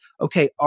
okay